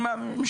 שחאדה,